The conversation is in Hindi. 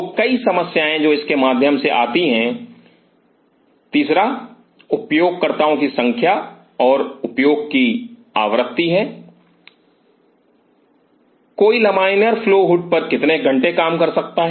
तो कई समस्याएं जो इसके माध्यम से आती हैं तीसरा उपयोगकर्ताओं की संख्या और उपयोग की आवृत्ति है कोई लमाइनर फ्लो हुड पर कितने घंटे काम करता है